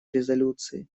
резолюции